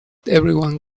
everyone